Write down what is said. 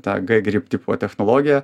tą g grip tipo technologiją